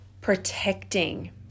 protecting